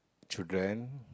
children